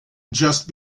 just